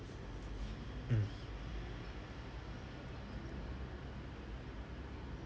mm